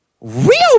Real